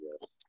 yes